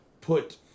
put